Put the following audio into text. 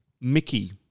Mickey